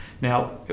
Now